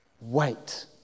Wait